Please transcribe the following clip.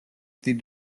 დიდ